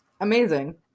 amazing